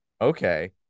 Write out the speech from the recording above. okay